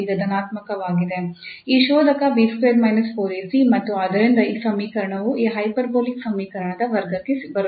ಈ ಶೋಧಕ 𝐵2 − 4𝐴𝐶 ಮತ್ತು ಆದ್ದರಿಂದ ಈ ಸಮೀಕರಣವು ಈ ಹೈಪರ್ಬೋಲಿಕ್ ಸಮೀಕರಣದ ವರ್ಗಕ್ಕೆ ಬರುತ್ತದೆ